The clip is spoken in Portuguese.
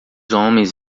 homens